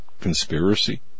conspiracy